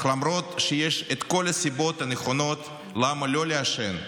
אך למרות שיש את כל הסיבות הנכונות למה לא לעשן,